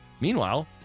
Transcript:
Meanwhile